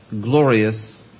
glorious